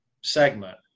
segment